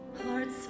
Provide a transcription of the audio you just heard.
hearts